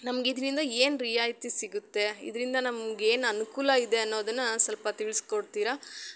ನಮ್ಗೆ ಇದರಿಂದ ಏನು ರಿಯಾಯಿತಿ ಸಿಗುತ್ತೆ ಇದರಿಂದ ನಮ್ಗೇನು ಅನುಕೂಲ ಇದೆ ಅನ್ನೋದನ್ನು ಸಲ್ಪ ತಿಳಿಸ್ಕೊಡ್ತಿರ